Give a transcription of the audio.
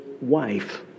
wife